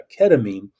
ketamine